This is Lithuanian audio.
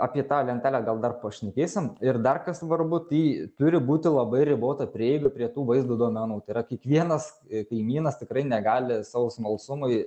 apie tą lentelę gal dar pašnekėsim ir dar kas svarbu tai turi būti labai ribota prieiga prie tų vaizdo duomenų tai yra kiekvienas kaimynas tikrai negali savo smalsumui